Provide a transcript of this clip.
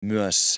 Myös